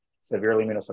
severely